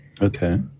Okay